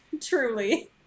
Truly